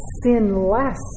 sinless